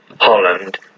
Holland